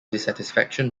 dissatisfaction